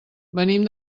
venim